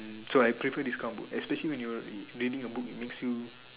um so I prefer this kind of book especially when you're reading the book it makes you